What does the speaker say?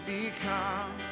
become